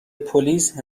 پلیس